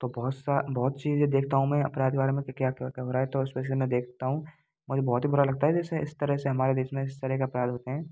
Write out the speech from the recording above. तो बहोत सा बहुत चीज़ें देखता हूँ मैं अपराध के बारे में कि क्या क्या क्या हो रह है तो इस्पेसिली मैं देखता हूँ मुझे बहुत ही बुरा लगता है जैसे इस तरर से हमारे देश में इस तरह के अपराध होते हैं